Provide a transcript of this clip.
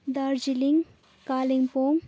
Darjeeling Kalimpong